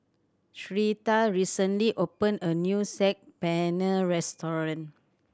Syreeta recently opened a new Saag Paneer Restaurant